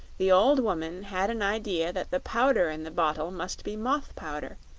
the old woman had an idea that the powder in the bottle must be moth-powder,